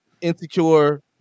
insecure